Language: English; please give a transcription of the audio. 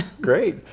great